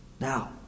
Now